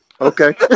okay